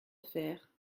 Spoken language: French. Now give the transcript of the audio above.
faire